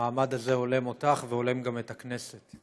המעמד הזה הולם אותך והולם גם את הכנסת.